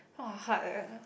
!wah! hard leh